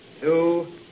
two